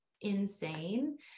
insane